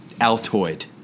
Altoid